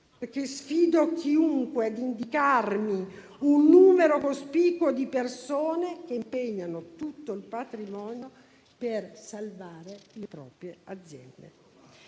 perché sfido chiunque a indicarmi un numero cospicuo di persone che impegnano tutto il patrimonio per salvare le proprie aziende.